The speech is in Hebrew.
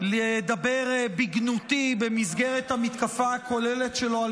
לדבר בגנותי במסגרת המתקפה הכוללת שלו על